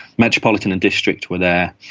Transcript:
metropolitan and district were there,